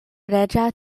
reĝa